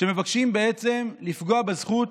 שמבקשים לפגוע בזכות